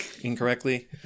incorrectly